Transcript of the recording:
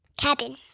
cabin